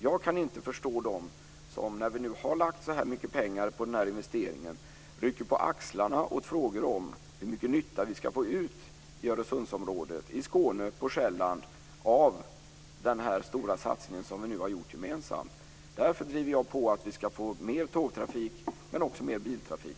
Jag kan inte förstå dem som när vi nu har lagt ut så mycket pengar på denna investering rycker på axlarna på frågor om hur mycket nytta vi ska få ut i Öresundsområdet, i Skåne och på Själland, av den stora satsning som vi nu gemensamt har gjort. Jag driver därför på för att vi ska få mer av tågtrafik men också mer av biltrafik.